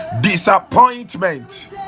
disappointment